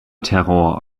terror